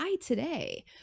today